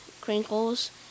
Crinkles